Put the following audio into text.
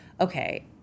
okay